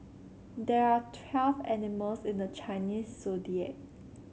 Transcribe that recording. there are twelve animals in the Chinese Zodiac